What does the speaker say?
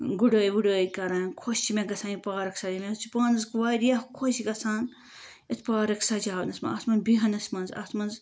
گُڑٲے وُڑٲے کَران خۄش چھِ مےٚ گَژھان یہِ پارَک سَجاوٕنۍ مےٚ چھِ پانَس واریاہ خۄش گَژھان اَتھ پارَک سجاونَس منٛز اَتھ منٛز بیٚہنَس مَنٛزاَتھ منٛز